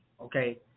okay